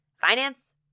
finance